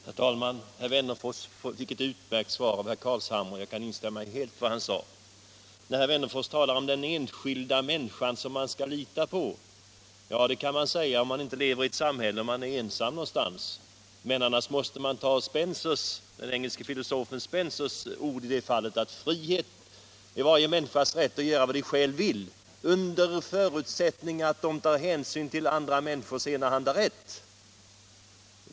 Herr talman! Herr Wennerfors har fått ett utmärkt svar av herr Carlshamre, och jag kan helt instämma i vad han sade. Herr Wennerfors talade om den enskilda människan som man skall lita på, och det kan man säga om man lever ensam någonstans. Annars måste man tänka på den engelske filosofen Spencers ord i detta sammanhang: Frihet är varje människas rätt att göra vad hon själv vill under förutsättning att hon tar hänsyn till andra människors enahanda rätt.